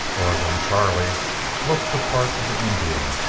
oregon charlie looked the part of an indian,